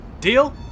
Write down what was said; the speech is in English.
Deal